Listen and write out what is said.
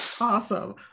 awesome